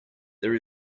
there